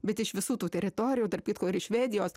bet iš visų tų teritorijų tarp kitko ir iš švedijos